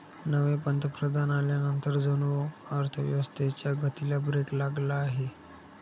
नवे पंतप्रधान आल्यानंतर जणू अर्थव्यवस्थेच्या गतीला ब्रेक लागला आहे